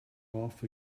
off